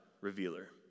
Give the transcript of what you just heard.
revealer